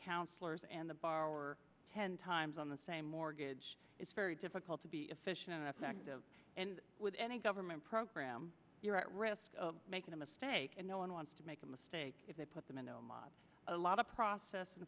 counsellors and the borrower ten times on the same mortgage it's very difficult to be efficient and effective with any government program you're at risk of making a mistake and no one wants to make a mistake if they put them in a lot of process